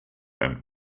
and